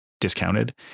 discounted